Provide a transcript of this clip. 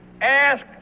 ask